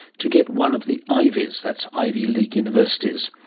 to get one of the ivies, that's ivy league universities.